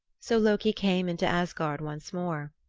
so loki came into asgard once more.